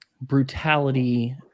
brutality